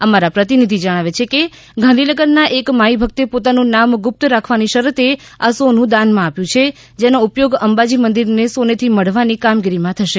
અમારા પ્રતિનિધિ જણાવે છે કે ગાંધીનગરના એક માઈ ભક્તે પોતાનું નામ ગુપ્ત રાખવાની શરતે આ સોનુ દાનમાં આપ્યું છે જેનો ઉપયોગ અંબાજી મંદિરને સોનેથી મઢવાની કામગીરીમાં થશે